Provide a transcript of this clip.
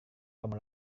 kamu